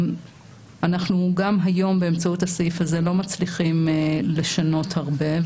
אנחנו גם היום באמצעות הסעיף הזה לא מצליחים לשנות הרבה.